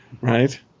Right